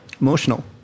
Emotional